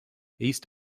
east